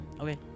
Okay